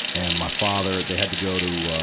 and my father they had to go to, um,